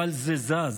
אבל זה זז.